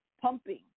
pumping